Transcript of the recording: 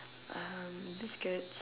um biscuits